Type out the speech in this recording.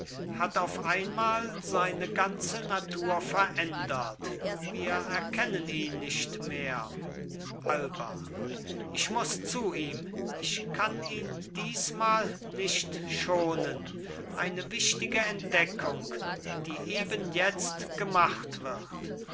hat auf einmal seine ganze natur verändert wir erkennen ihn nicht mehr alba ich muß zu ihm ich kann ihn diesmal nicht schonen eine wichtige entdeckung die eben jetzt gemacht wird